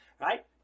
Right